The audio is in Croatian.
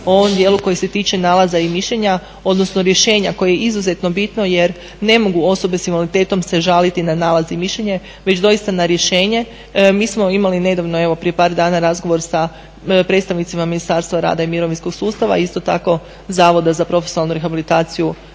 u ovom dijelu koji se tiče nalaza i mišljenje odnosno rješenja koje je izuzetno bitno jer ne mogu osobe s invaliditetom se žaliti na nalaz i mišljenje, već doista na rješenje. Mi smo imali nedavno prije par dana imali razgovor sa predstavnicima Ministarstvom rada i mirovinskog sustava isto tako i Zavoda za profesionalnu rehabilitaciju,